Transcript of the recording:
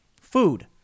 Food